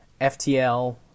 FTL